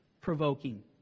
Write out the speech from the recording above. provoking